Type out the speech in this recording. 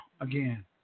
again